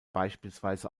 beispielsweise